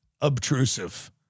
obtrusive